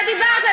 אתה דיברת,